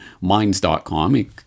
Minds.com